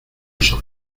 sol